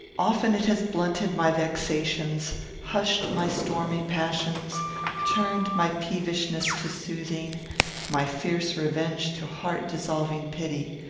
often it has blunted my vexations hushed my stormy passions turned my peevishness to soothing my fierce revenge to heart-dissolving pity.